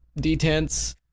detents